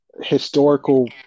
historical